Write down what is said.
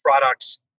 products